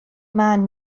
maen